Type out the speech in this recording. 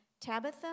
Tabitha